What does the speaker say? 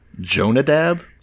jonadab